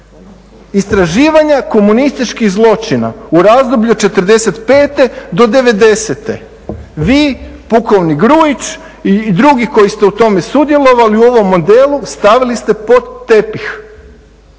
Istraživanja komunističkih zločina u razdoblju od '45.do '90.-te, vi pukovnik Grujić i drugi koji ste u tome sudjelovali u ovom modelu stavili ste pod tepih.